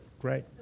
great